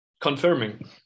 confirming